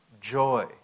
joy